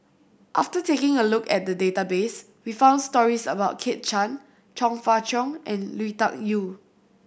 after taking a look at the database we found stories about Kit Chan Chong Fah Cheong and Lui Tuck Yew